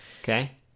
okay